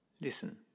Listen